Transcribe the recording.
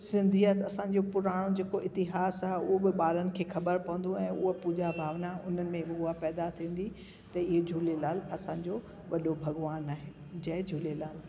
सिंधीअत असांजो पुराणो जेको इतिहासु आ उहो बि ॿारनि खे खबर पवंदो ऐं उहे बि पूजा भावना उन्हनि में बि उहा पैदा थींदी त ईअं झूलेलाल असांजो वॾो भॻिवानु आहे जय झूलेलाल